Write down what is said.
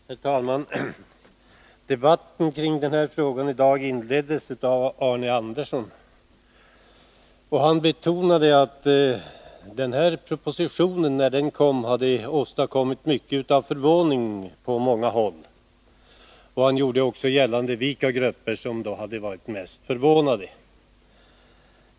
Herr talman! Debatten kring den här frågan inleddes av Arne Andersson i Ljung. Han betonade att propositionen, när den presenterades, hade åstadkommit mycken förvåning på många håll. Han talade också om vilka grupper som hade varit mest förvånade.